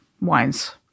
wines